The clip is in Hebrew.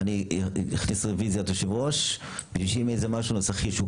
אז אם יש למישהו את המונח המתאים מהי אותה מומחיות.